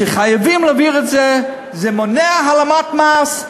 שחייבים להעביר את זה, זה מונע העלמת מס,